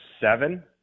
seven